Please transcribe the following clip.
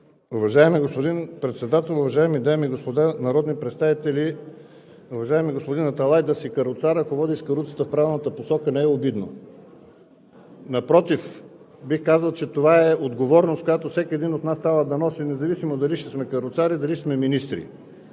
Уважаеми господин Председател, уважаеми дами и господа народни представители! Уважаеми господин Аталай, да си каруцар, ако водиш каруцата в правилната посока, не е обидно. Напротив – бих казал, че това е отговорност, която всеки един от нас трябва да носи, независимо дали ще сме каруцари, дали ще сме министри,